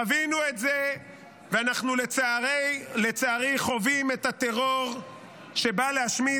חווינו את זה ואנחנו לצערי חווים את הטרור שבא להשמיד